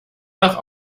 nach